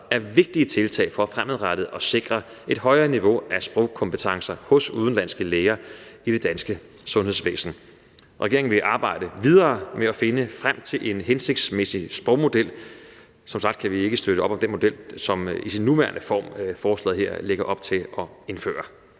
er vigtige tiltag for fremadrettet at sikre et højere niveau af sprogkompetencer hos udenlandske læger i det danske sundhedsvæsen. Regeringen vil arbejde videre med at finde frem til en hensigtsmæssig model. Som sagt kan vi ikke støtte op om den model, som forslaget her i sin nuværende form lægger op til at indføre.